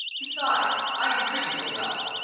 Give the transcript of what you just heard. besides, i am treating her well.